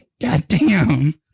goddamn